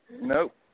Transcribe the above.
Nope